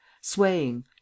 swaying